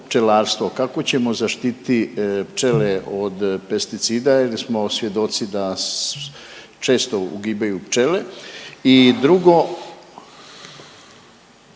pčelarstvo, kako ćemo zaštititi pčele od pesticida jer smo svjedoci da često ugibaju pčele? I drugo,